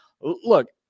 look